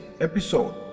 episode